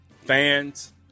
fans